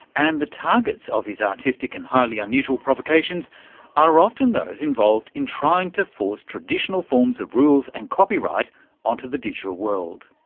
and the targets of his artistic and highly unusual provocations are often those involved in trying to force traditional forms of rules and copyright onto the digital world.